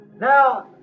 Now